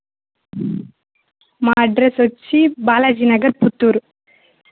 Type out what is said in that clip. మా అడ్రస్ వచ్చి బాలాజీనగర్ పుత్తూరు